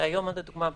היום לדוגמה,